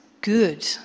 good